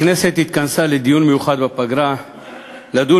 הכנסת התכנסה לדיון מיוחד בפגרה כדי לדון